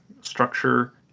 structure